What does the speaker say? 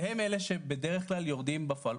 והם אלה שבדרך כלל יורדים בפועל.